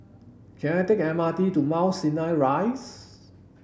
can I take the M R T to Mount Sinai Rise